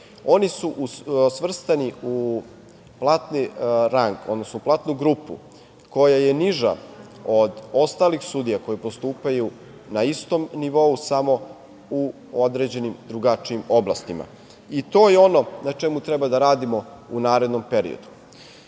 Oni su svrstani u platni rang, odnosno u platnu grupu koja je niža od ostalih sudija koji postupaju na istom nivou, samo u određenim drugačijim oblastima. To je ono na čemu treba da radimo u narednom periodu. Trenutno